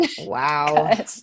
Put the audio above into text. Wow